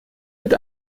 wird